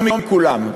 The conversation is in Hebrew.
לא מכולם.